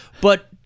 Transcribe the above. but-